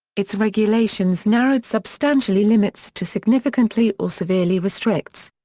its regulations narrowed substantially limits to significantly or severely restricts.